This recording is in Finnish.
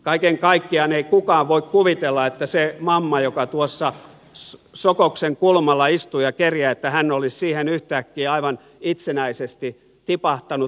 kaiken kaikkiaan ei kukaan voi kuvitella että se mamma joka tuossa sokoksen kulmalla istuu ja kerjää olisi siihen yhtäkkiä aivan itsenäisesti tipahtanut